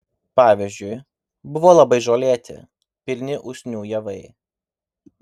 pavyzdžiui buvo labai žolėti pilni usnių javai